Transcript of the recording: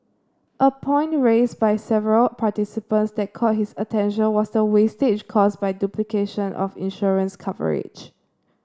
a point raised by several participants that caught his attention was the wastage caused by duplication of insurance coverage